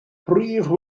prif